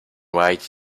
white